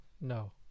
No